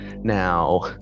Now